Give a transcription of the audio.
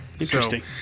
Interesting